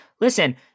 Listen